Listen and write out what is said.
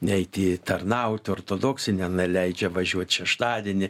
neiti tarnauti ortodoksiniem neleidžia važiuot šeštadienį